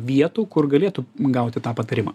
vietų kur galėtų gauti tą patarimą